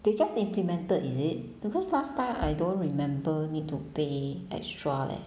they just implemented is it because last time I don't remember need to pay extra leh